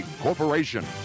corporation